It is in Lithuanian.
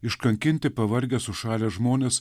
iškankinti pavargę sušalę žmonės